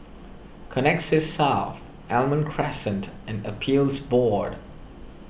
Connexis South Almond Crescent and Appeals Board